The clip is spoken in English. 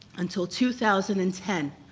until two thousand and ten,